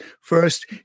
First